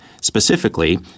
Specifically